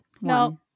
no